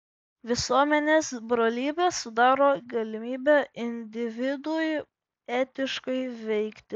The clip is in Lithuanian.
visuomenės brolybė sudaro galimybę individui etiškai veikti